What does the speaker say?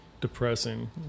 Depressing